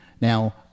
Now